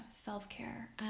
self-care